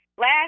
Last